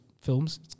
films